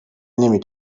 نمی